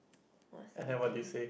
was something